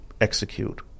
execute